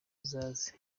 uzaze